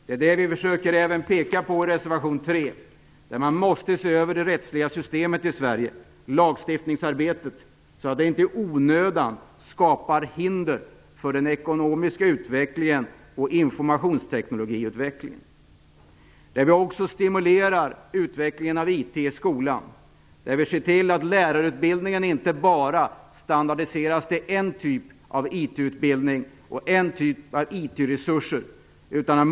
Det är det vi försöker peka på även i reservation Vi måste se över det rättsliga systemet och lagstiftningsarbetet i Sverige så att det inte i onödan skapar hinder för den ekonomiska utvecklingen och informationsteknologiutvecklingen. Vi måste stimulera utvecklingen av IT i skolan. Vi måste se till att lärarutbildningen inte bara standardiseras till en typ av IT-utbildning och en typ av IT-resurser.